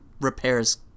repairs